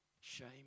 Shame